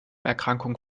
erkrankung